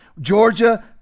Georgia